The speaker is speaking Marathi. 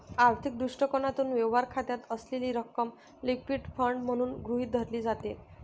आर्थिक दृष्टिकोनातून, व्यवहार खात्यात असलेली रक्कम लिक्विड फंड म्हणून गृहीत धरली जाते